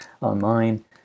online